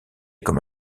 comme